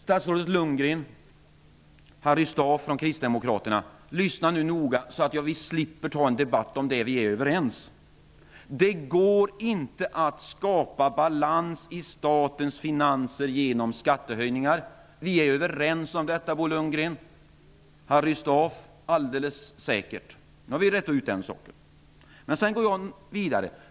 Statsrådet Bo Lundgren och Harry Staaf från Kristdemokraterna skall nu lyssna noga så att vi slipper ha en debatt om det som vi är överens om. Det går nämligen inte att genom skattehöjningar skapa balans i statens finanser. Bo Lundgren och jag är överens om detta, och Harry Staaf håller alldeles säkert också med. Därmed har vi rett ut den saken. Men jag går vidare.